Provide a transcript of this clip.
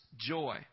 joy